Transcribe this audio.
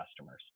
customers